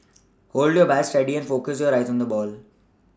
hold your bat steady and focus your eyes on the ball